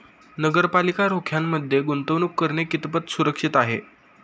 नगरपालिका रोख्यांमध्ये गुंतवणूक करणे कितपत सुरक्षित आहे?